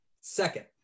Second